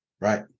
right